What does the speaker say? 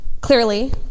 clearly